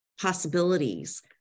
possibilities